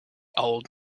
old